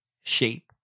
shape